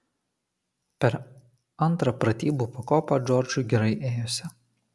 per antrą pratybų pakopą džordžui gerai ėjosi